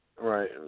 Right